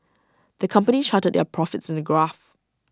the company charted their profits in A graph